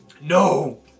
NO